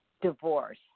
divorce